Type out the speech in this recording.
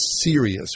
serious